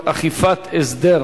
(תיקון, העדפת משפחה מדרגה ראשונה כמשפחה אומנת),